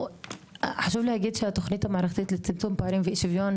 חשוב להגיד שהתוכנית המערכתית לצמצום פערים ולאי שוויון